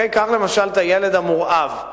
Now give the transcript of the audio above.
קח למשל את הילד המורעב.